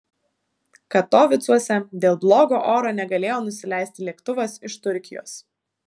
katovicuose dėl blogo oro negalėjo nusileisti lėktuvas iš turkijos